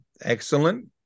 excellent